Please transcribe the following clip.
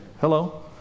Hello